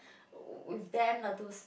with them lah to